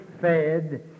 fed